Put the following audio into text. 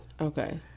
okay